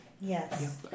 Yes